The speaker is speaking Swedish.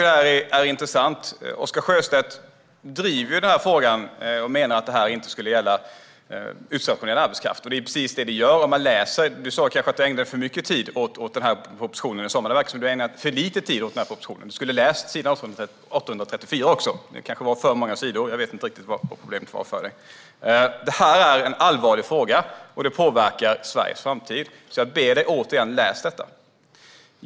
Det är intressant att Oscar Sjöstedt driver att förslaget inte skulle gälla utstationerad arbetskraft, men det är precis vad det gör. Du sa att du kanske hade ägnat för mycket tid åt propositionen i somras, men det verkar som att du snarare ägnat för lite tid åt den. Du skulle ha läst s. 834 också. Det kanske var för många sidor. Jag vet inte riktigt vad problemet var för dig. Det här är en allvarlig fråga som påverkar Sveriges framtid, så jag ber dig återigen att läsa detta.